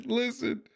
listen